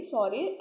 Sorry